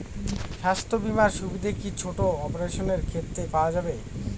স্বাস্থ্য বীমার সুবিধে কি ছোট অপারেশনের ক্ষেত্রে পাওয়া যাবে?